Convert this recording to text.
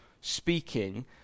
speaking